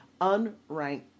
unranked